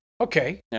Okay